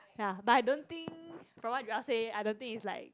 ya but I don't think from what Joel say I don't think it's like